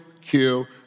kill